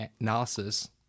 analysis